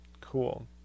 Cool